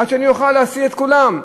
עד שאני אוכל להשיא את כולם.